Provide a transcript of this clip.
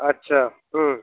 अच्छा